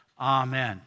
Amen